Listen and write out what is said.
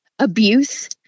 abuse